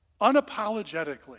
unapologetically